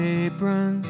apron